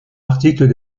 articles